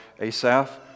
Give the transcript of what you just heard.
Asaph